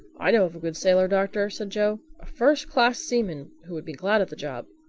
i know of a good sailor, doctor, said joe a first-class seaman who would be glad of the job.